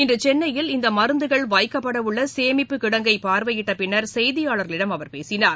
இன்றுசென்னையில் இந்தமருந்துகள் வைக்கப்படவுள்ளசேமிப்பு கிடங்கை பார்வையிட்டபின்னர் செய்தியாளர்களிடம் அவர் பேசினார்